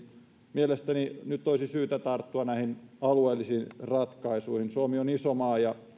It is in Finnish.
mielestäni nyt olisi syytä tarttua näihin alueellisiin ratkaisuihin suomi on iso maa ja